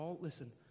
Listen